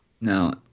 no